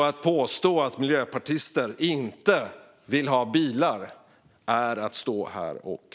Att påstå att miljöpartister inte vill ha bilar är att stå här och ljuga.